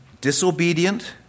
Disobedient